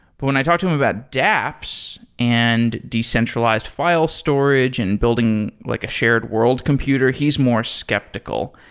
but when i talked to him about daps, and decentralized file storage, and building like a shared world computer, he's more skeptical.